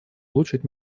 улучшить